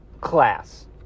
class